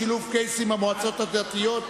שילוב קייסים במועצה הדתית),